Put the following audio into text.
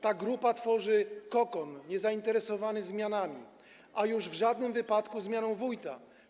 Ta grupa tworzy kokon niezainteresowany zmianami, a już w żadnym wypadku zmianą wójta.